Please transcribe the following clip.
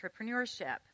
entrepreneurship